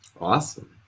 Awesome